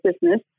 business